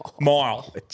Mile